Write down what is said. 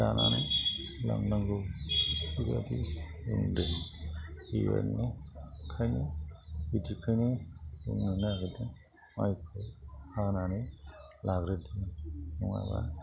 जानानै लांनांगौ बेबादि बुंदों बेबायदिखायनो बिदिखायनो बुंनो नागिरदों माइखौ हानानै लाग्रोदिनि नङाबा